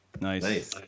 Nice